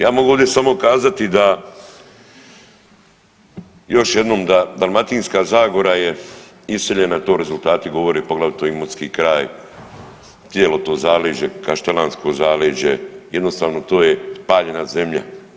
Ja mogu ovdje samo kazati da još jednom da Dalmatinska zagora je iseljena, to rezultati govore, poglavito imotski kraj, cijelo to zaleđe, kaštelansko zaleđe, jednostavno to je spaljena zemlja.